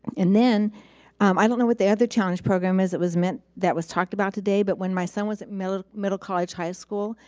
and then i don't know what the other challenge program is. it was meant that was talked about today but when my son was at middle middle college high school,